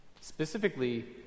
specifically